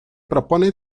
propone